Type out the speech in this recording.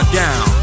down